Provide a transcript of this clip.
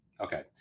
Okay